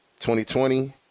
2020